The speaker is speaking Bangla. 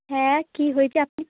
হ্যাঁ কী হয়েছে আপনি